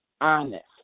honest